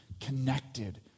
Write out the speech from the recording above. connected